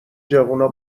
جوونا